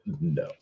No